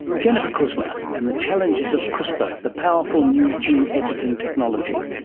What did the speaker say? jennifer kuzma, and the challenges of crispr, the powerful new gene editing technology